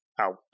out